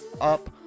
up